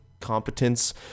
competence